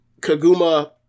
Kaguma